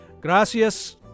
Gracias